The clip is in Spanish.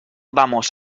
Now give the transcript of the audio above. vamos